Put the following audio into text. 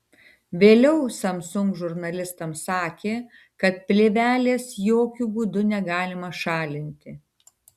vėliau samsung žurnalistams sakė kad plėvelės jokiu būdu negalima šalinti